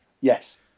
yes